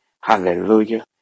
hallelujah